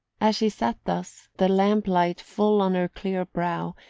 as she sat thus, the lamplight full on her clear brow,